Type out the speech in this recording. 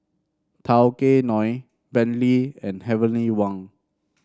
Tao Kae Noi Bentley and Heavenly Wang